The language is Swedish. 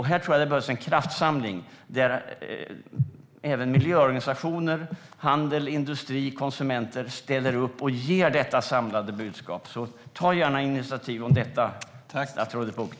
Här behövs en kraftsamling där även miljöorganisationer, handel, industri och konsumenter ställer upp och ger detta samlade budskap. Ta gärna initiativ i denna fråga, statsrådet Bucht.